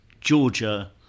Georgia